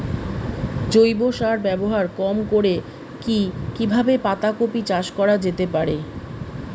জৈব সার ব্যবহার কম করে কি কিভাবে পাতা কপি চাষ করা যেতে পারে?